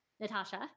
Natasha